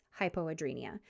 hypoadrenia